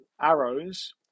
arrows